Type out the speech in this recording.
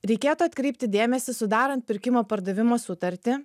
reikėtų atkreipti dėmesį sudarant pirkimo pardavimo sutartį